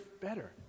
better